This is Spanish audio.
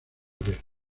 vez